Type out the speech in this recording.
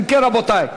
אם כן, רבותי,